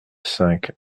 cinq